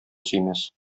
сөймәс